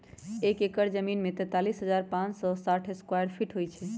एक एकड़ जमीन में तैंतालीस हजार पांच सौ साठ स्क्वायर फीट होई छई